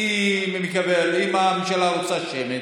אם הממשלה רוצה שמית,